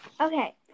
Okay